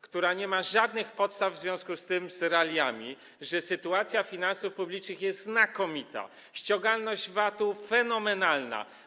która nie ma żadnych podstaw w związku z realiami, z tym, że sytuacja finansów publicznych jest znakomita, ściągalność VAT-u fenomenalna.